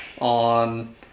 on